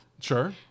Sure